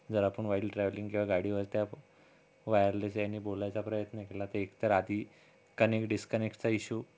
जरा पण while travelling किंवा गाडीवर त्या वायरलेस याने बोलायचा प्रयत्न केला तर एकतर आधी कनेक डिस्कनेकचा इश्यू